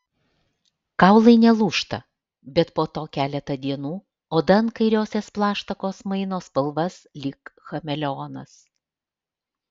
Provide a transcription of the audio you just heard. kaulai nelūžta bet po to keletą dienų oda ant kairiosios plaštakos maino spalvas lyg chameleonas